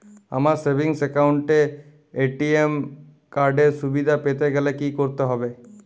আমার savings account এ ATM card এর সুবিধা পেতে গেলে কি করতে হবে?